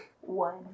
One